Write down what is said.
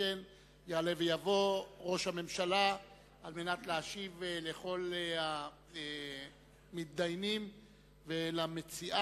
מכן יעלה ויבוא ראש הממשלה על מנת להשיב לכל המתדיינים ולמציעה.